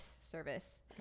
service